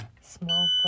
Small